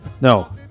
No